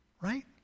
right